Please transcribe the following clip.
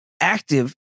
active